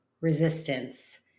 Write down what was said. resistance